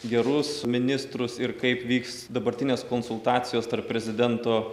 gerus ministrus ir kaip vyks dabartinės konsultacijos tarp prezidento